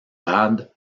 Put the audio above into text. rade